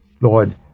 Lord